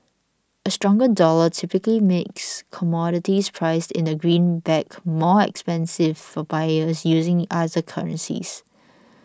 a stronger dollar typically makes commodities priced in the greenback more expensive for buyers using other currencies